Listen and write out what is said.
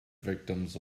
victims